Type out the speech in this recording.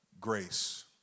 grace